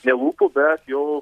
ne lūpų bet jau